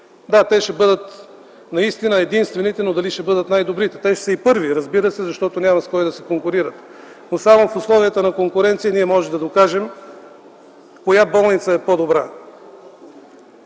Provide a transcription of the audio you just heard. Да, те ще бъдат наистина единствените, но дали ще бъдат най-добрите? Разбира се, те ще са и първи, защото няма с кой да се конкурират. Но само в условията на конкуренция ние можем да докажем коя болница е по-добра.